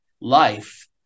life